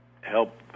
help